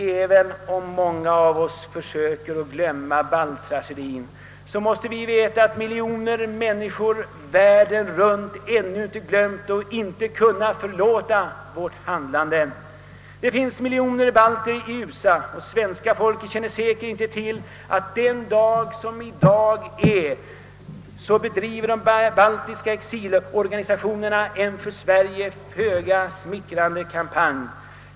Även om många av oss försöker att glömma balttragedien måste vi veta att miljoner människor världen runt ännu inte glömt den och ännu inte kunnat förlåta vårt handlande. Det finns miljoner balter i USA, och svenska folket känner säkert inte till att den dag i dag är bedriver baltiska exilorganisationer en för Sverige föga smickrande kampanj.